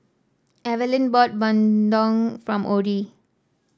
Evaline bought bandung from Orie